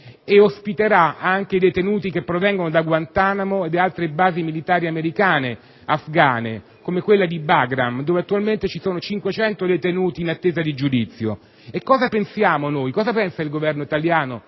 e ospiterà anche i detenuti che provengono da Guantanamo e da altre basi militari americane in Afghanistan, come quella di Bagram, dove attualmente sono 500 detenuti in attesa di giudizio. Cosa pensiamo noi, cosa pensa il Governo italiano